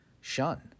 shun